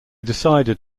decided